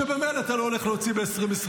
שממילא אתה לא הולך להוציא ב-2024.